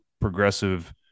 progressive